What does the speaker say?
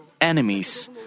enemies